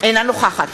אינה נוכחת